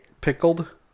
pickled